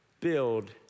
build